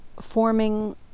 forming